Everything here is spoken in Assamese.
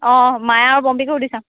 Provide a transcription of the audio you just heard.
অঁ মায়া আৰু পম্পিকো সুধি চাওঁ